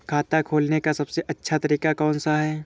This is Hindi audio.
खाता खोलने का सबसे अच्छा तरीका कौन सा है?